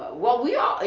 well we ate,